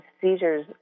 seizures